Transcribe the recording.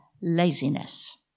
laziness